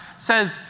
says